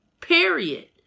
period